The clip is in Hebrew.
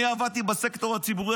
אני עבדתי בסקטור הציבורי,